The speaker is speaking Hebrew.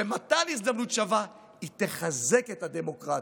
במתן הזדמנות שווה היא תחזק את הדמוקרטיה.